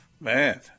Man